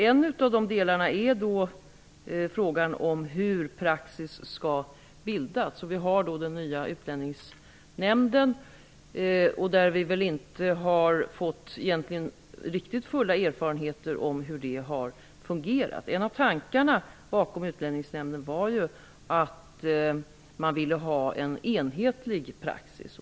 En av delarna är frågan om hur praxis skall bildas. Nu finns den nya Utlänningsnämnden, varifrån vi inte riktigt har fått fulla erfarenheter av hur det har fungerat. Ett av syftena med Utlänningsnämnden var ju att få en enhetlig praxis.